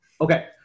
Okay